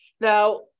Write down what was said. Now